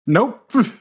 Nope